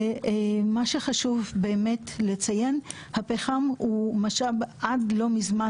מה שחשוב לציין זה שהפחם הוא המשאב שעד לא מזמן,